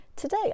Today